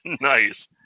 Nice